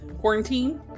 quarantine